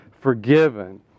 forgiven